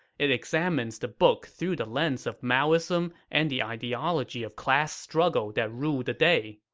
it examines the book through the lens of maoism and the ideology of class struggle that ruled the day.